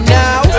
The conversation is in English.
now